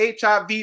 HIV